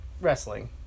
wrestling